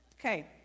Okay